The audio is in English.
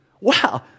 Wow